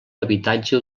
habitatge